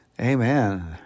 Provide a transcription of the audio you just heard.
Amen